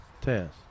test